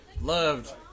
loved